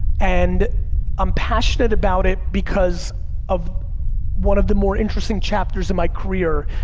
and i'm passionate about it because of one of the more interesting chapters in my career,